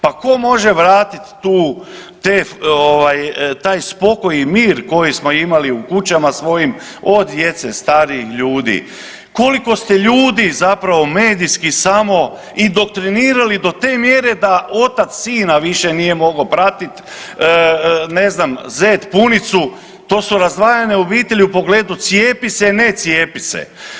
Pa tko može vratiti tu, te ovaj, taj spokoj i mir koji smo imali u kućama svojim, od djece, starijih ljudi, koliko ste ljudi zapravo medijski samo indoktrinirali do te mjere da otac sina više nije mogao pratiti, ne znam, zet punicu, to su razdvajane obitelji u pogledu cijepi se-ne cijepi se.